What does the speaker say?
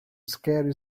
scary